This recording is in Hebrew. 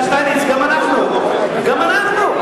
שטייניץ, גם אנחנו, גם אנחנו.